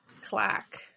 Clack